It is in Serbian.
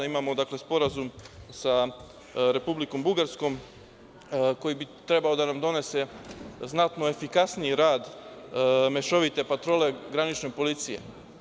Imamo, dakle, sporazum sa Republikom Bugarskom, koji bi trebao da nam donese znatno efikasniji rad mešovite patrole granične policije.